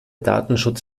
datenschutz